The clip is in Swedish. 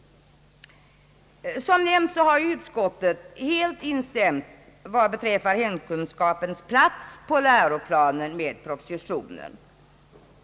Som nämnt har utskottet vad beträffar hemkunskapens plats på läroplanen helt instämt i propositionen.